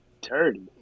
dirty